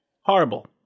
Horrible